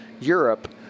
Europe